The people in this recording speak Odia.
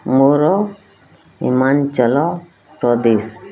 ମୋର ହିମାଞ୍ଚଳ ପ୍ରଦେଶ